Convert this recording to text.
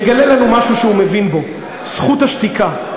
יגלה לנו משהו שהוא מבין בו: זכות השתיקה.